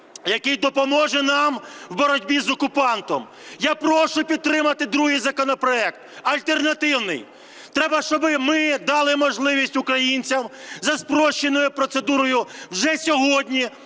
який допоможе нам в боротьбі з окупантом. Я прошу підтримати другий законопроект, альтернативний. Треба, щоби ми дали можливість українцям за спрощеною процедурою вже сьогодні